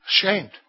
Ashamed